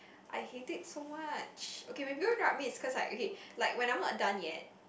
I hate it so much okay people interrupt me is cause like okay like when I'm not done yet